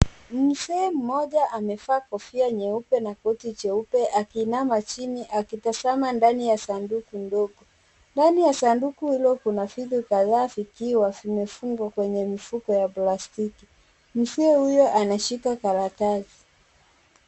Mzee mmoja amevaa kofia nyeupe na koti jeupe akiinama chini akitazama ndani ya sanduku ndogo. Ndani ya sanduku hilo kuna vitu kadhaa vikiwa vimefungwa kwenye mifuko ya plastiki. Mzee huyo anashika karatasi.